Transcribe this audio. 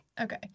Okay